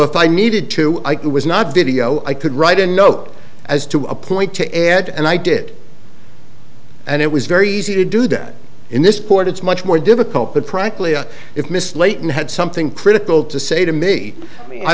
if i needed to it was not video i could write a note as to a point to add and i did and it was very easy to do that in this court it's much more difficult but frankly if miss leighton had something critical to say to me i